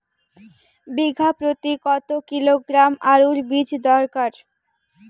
বিঘা প্রতি কত কিলোগ্রাম আলুর বীজ দরকার?